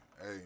hey